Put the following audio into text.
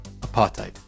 apartheid